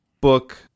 book